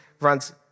runs